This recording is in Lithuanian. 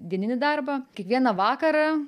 dieninį darbą kiekvieną vakarą